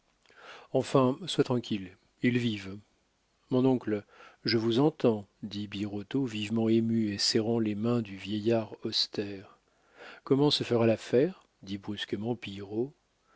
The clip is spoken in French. enfin sois tranquille ils vivent mon oncle je vous entends dit birotteau vivement ému et serrant les mains du vieillard austère comment se fera l'affaire dit brusquement